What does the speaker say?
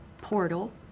portal